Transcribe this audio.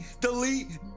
delete